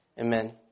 amen